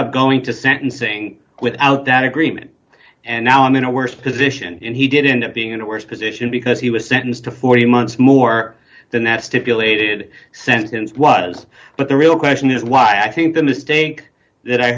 up going to sentencing without that agreement and now i'm in a worse position and he did end up being in a worse position because he was sentenced to forty months more than that stipulated sentence was but the real question is why i think the mistake that i